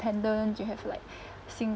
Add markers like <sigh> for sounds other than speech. attendance you have like <breath> sing